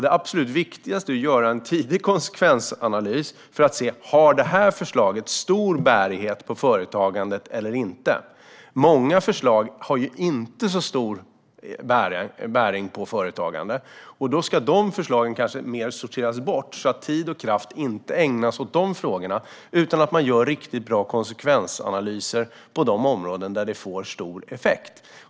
Det absolut viktigaste är att göra en tidig konsekvensanalys för att se om förslaget har stor bärighet på företagandet eller inte. Många förslag har inte så stor bäring på företagande, och då ska dessa förslag sorteras bort, så att tid och kraft inte ägnas åt de frågorna. Man ska göra riktigt bra konsekvensanalyser på de områden där det får stor effekt.